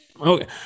Okay